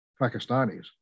pakistanis